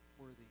worthy